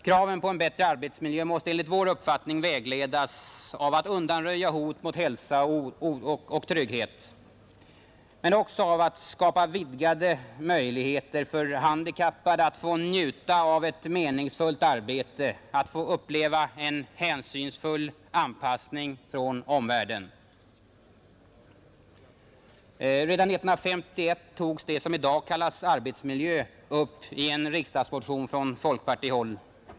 Kraven på en bättre arbetsmiljö måste enligt vår uppfattning vägledas av att undanröja hot mot hälsa och trygghet men också av att skapa vidgade möjligheter för handikappade att få njuta av ett meningsfullt arbete, att få uppleva en hänsynsfull anpassning från omvärlden. Redan 1951 togs det som i dag kallas arbetsmiljö upp i en riksdagsmotion från folkpartihåll.